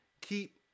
keep